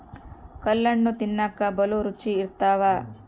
ಕಲ್ಲಣ್ಣು ತಿನ್ನಕ ಬಲೂ ರುಚಿ ಇರ್ತವ